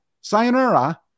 Sayonara